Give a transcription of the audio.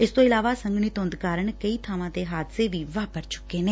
ਇਸ ਤੋਂ ਇਲਾਵਾ ਸੰਘਣੀ ਧੂੰਦ ਕਾਰਨ ਕਈ ਬਾਵਾਂ ਤੇ ਹਾਦਸੇ ਵੀ ਵਾਪਰ ਚੁੱਕੇ ਨੇ